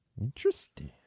Interesting